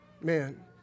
man